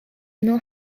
not